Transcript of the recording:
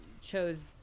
chose